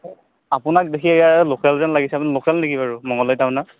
আপোনাক দেখি ইয়াৰে লোকেল যেন লাগিছে আপুনি লোকেল নেকি বাৰু মঙলদৈ টাউনৰ